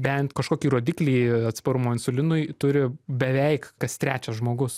bent kažkokį rodiklį atsparumo insulinui turi beveik kas trečias žmogus